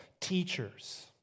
teachers